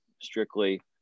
strictly